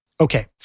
Okay